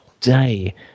Day